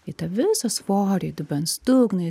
į tą visą svorį dubens dugną